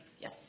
Yes